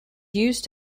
used